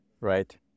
right